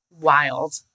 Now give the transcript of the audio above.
Wild